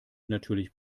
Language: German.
natürlich